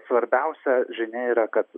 svarbiausia žinia yra kad